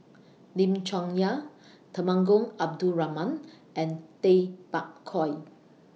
Lim Chong Yah Temenggong Abdul Rahman and Tay Bak Koi